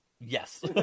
yes